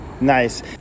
Nice